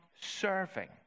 serving